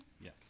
Yes